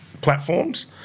platforms